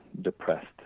depressed